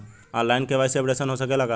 आन line KYC updation हो सकेला का?